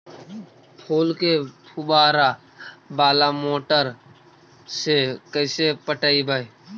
फूल के फुवारा बाला मोटर से कैसे पटइबै?